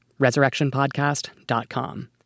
resurrectionpodcast.com